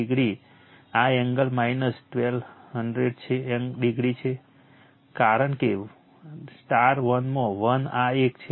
8o આ angle 120o છે કારણ કે 1 માં 1 આ એક છે